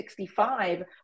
65